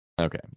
Okay